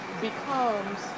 becomes